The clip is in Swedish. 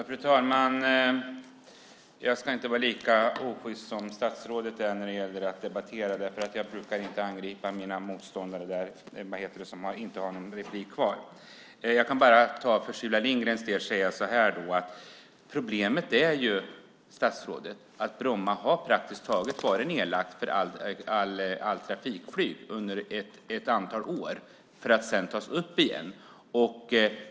Fru talman! Jag ska inte vara lika osjyst som statsrådet är när jag debatterar. Jag brukar inte angripa mina motståndare när de inte har något inlägg kvar. Jag kan bara för Sylvia Lindgrens del säga att problemet är, statsrådet, att Bromma praktiskt taget har varit nedlagt för allt trafikflyg under ett antal år för att sedan upptas igen.